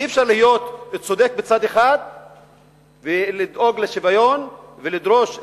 אי-אפשר להיות צודק בצד אחד ולדאוג לשוויון ולדרוש צדק,